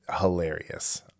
hilarious